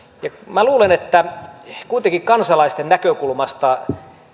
minä luulen että kuitenkin kansalaisten näkökulmasta